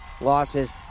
losses